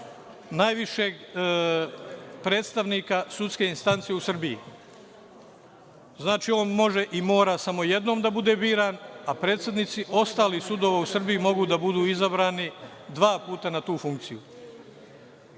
najvišeg predstavnika sudske instance u Srbiji. Znači, on može i mora samo jednom da bude biran, a predsednici ostalih sudova u Srbiji mogu da budu izabrani dva puta na tu funkciju. Omogućiti